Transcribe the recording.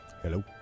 Hello